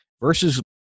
versus